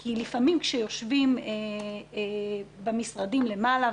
כי לפעמים כשיושבים במשרדים למעלה,